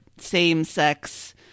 same-sex